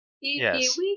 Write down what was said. yes